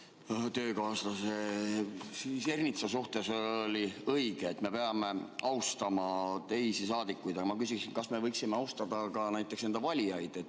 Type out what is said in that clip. töökaaslasele Ernitsale vastates, oli õige. Me peame austama teisi saadikuid. Aga ma küsin, kas me võiksime austada ka näiteks enda valijaid.